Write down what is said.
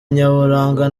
nyaburanga